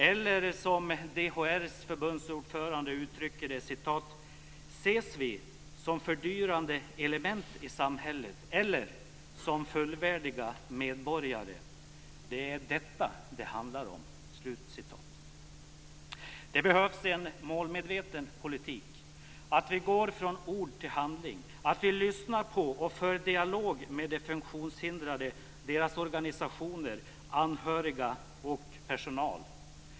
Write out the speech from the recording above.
Eller, som DHR:s förbundsordförande uttrycker det: "Ses vi som fördyrande element i samhället eller som fullvärdiga medborgare - det är detta det handlar om." Det behövs en målmedveten politik - att vi går från ord till handling, att vi lyssnar på och för en dialog med de funktionshindrade och deras organisationer och med anhöriga och personal.